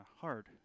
hard